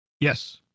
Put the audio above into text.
Yes